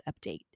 update